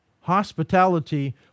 hospitality